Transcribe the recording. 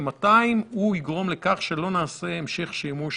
הנגיף, וב-2021 זו שנת האצה לאחר הכיווץ